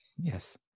yes